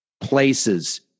places